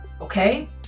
okay